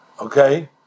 Okay